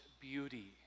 beauty